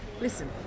Listen